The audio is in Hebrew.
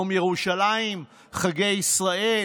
יום ירושלים, חגי ישראל.